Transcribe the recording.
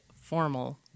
formal